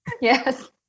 Yes